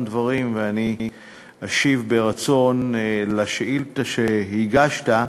דברים ואני אשיב ברצון לשאילתה שהגשת.